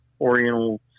oriental